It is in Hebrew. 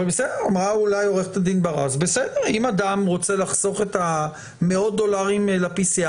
אם אדם רוצה לחסוך את מאות הדולרים לבדיקת